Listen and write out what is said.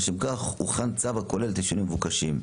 לשם כך הוכן צו הכולל את השינויים המבוקשים,